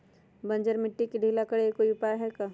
बंजर मिट्टी के ढीला करेके कोई उपाय है का?